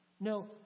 No